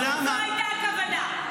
לא זו הייתה הכוונה.